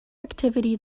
activity